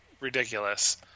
ridiculous